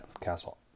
Castle